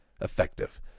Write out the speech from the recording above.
effective